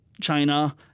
China